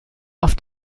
auf